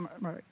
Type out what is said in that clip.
right